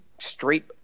straight